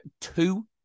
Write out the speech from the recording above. two